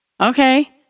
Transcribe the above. Okay